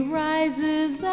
rises